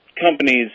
companies